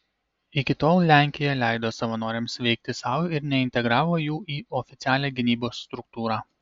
iki tol lenkija leido savanoriams veikti sau ir neintegravo jų į oficialią gynybos struktūrą